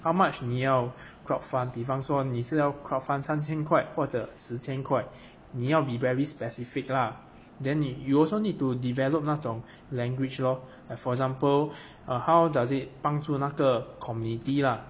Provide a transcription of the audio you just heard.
how much 你要 crowd fund 比方说你是要 crowd fund 三千块或者十千块你要 be very specific lah then 你 you also need to develop 那种 language lor like for example err how does it 帮助那个 community lah